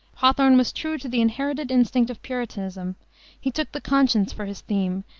hawthorne was true to the inherited instinct of puritanism he took the conscience for his theme,